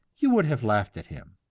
you would have laughed at him.